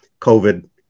COVID